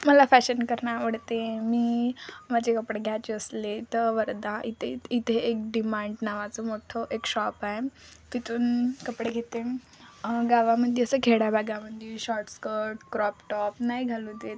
मला फॅशन करणं आवडते मी माझे कपडे घ्यायचे असले तर वर्धा इथे इथे एक डिमांड नावाचं मोठं एक शॉप आहे तिथून कपडे घेते गावामध्ये असं खेड्या भागामध्ये शॉर्टस्कर्ट क्रॉपटॉप नाही घालू देत